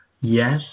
Yes